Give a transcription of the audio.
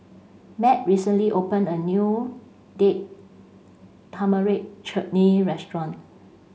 Mat recently opened a new Date Tamarind Chutney Restaurant